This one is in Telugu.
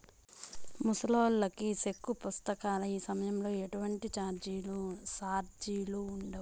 ముసలాల్లకి సెక్కు పుస్తకాల ఇసయంలో ఎటువంటి సార్జిలుండవు